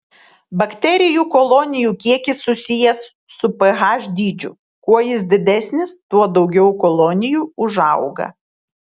bakterijų kolonijų kiekis susijęs su ph dydžiu kuo jis didesnis tuo daugiau kolonijų užauga